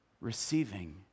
Receiving